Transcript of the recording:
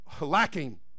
lacking